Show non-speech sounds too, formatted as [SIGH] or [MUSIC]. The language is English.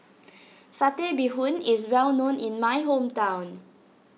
[NOISE] Satay Bee Hoon is well known in my hometown